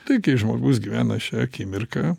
taigi žmogus gyvena šia akimirka